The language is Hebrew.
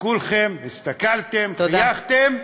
וכולכם הסתכלתם, חייכתם,